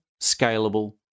scalable